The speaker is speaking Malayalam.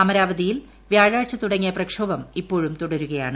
അമരാവതിയിൽ വ്യാഴാഴ്ച തുടങ്ങിയ പ്രക്ഷോഭം ഇപ്പോഴും തുടരുകയാണ്